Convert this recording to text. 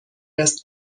است